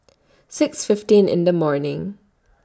six fifteen in The morning